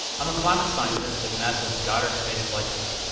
i'm a climate scientist at nasa's goddard space flight center.